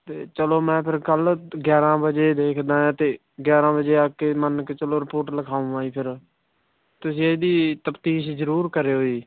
ਅਤੇ ਚਲੋ ਮੈਂ ਫਿਰ ਕੱਲ ਗਿਆਰ੍ਹਾਂ ਵਜੇ ਦੇਖਦਾ ਅਤੇ ਗਿਆਰ੍ਹਾਂ ਵਜੇ ਆ ਕੇ ਮੰਨ ਕੇ ਚੱਲੋ ਰਿਪੋਰਟ ਲਿਖਾਊਂਗਾ ਜੀ ਫੇਰ ਤੁਸੀਂ ਇਹਦੀ ਤਫਤੀਸ਼ ਜ਼ਰੂਰ ਕਰਿਓ ਜੀ